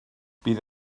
bydd